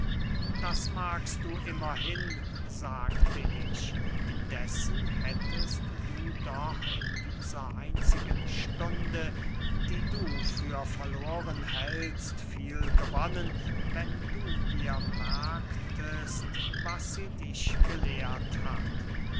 das magst du immerhin sagte ich indessen hättest du doch in dieser einzigen stunde die du für verloren hältst viel gewonnen wenn du dir merktest was sie dich gelehrt hat